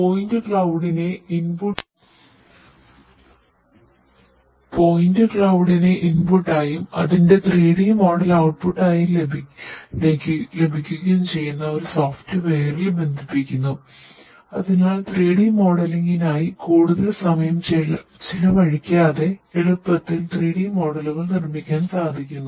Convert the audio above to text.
point ക്ളൌടിനെ നിർമിക്കാൻ സാധിക്കുന്നു